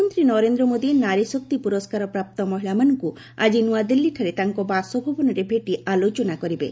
ପ୍ରଧାନମନ୍ତ୍ରୀ ନରେନ୍ଦ୍ର ମୋଦୀ ନାରୀଶକ୍ତି ପୁରସ୍କାରପ୍ରାପ୍ତ ମହିଳାମାନଙ୍କୁ ଆଜି ନ୍ତଆଦିଲ୍ଲୀଠାରେ ତାଙ୍କ ବାସଭବନରେ ଭେଟି ଆଲୋଚନା କରିବେ